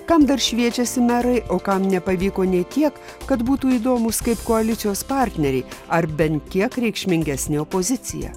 kam dar šviečiasi merai o kam nepavyko nė kiek kad būtų įdomūs kaip koalicijos partneriai ar bent kiek reikšmingesnė opozicija